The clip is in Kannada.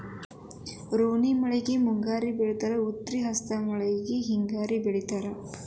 ರೋಣಿ ಮಳೆಗೆ ಮುಂಗಾರಿ ಬೆಳದ್ರ ಉತ್ರಿ ಹಸ್ತ್ ಮಳಿಗೆ ಹಿಂಗಾರಿ ಬೆಳಿತಾರ